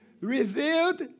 revealed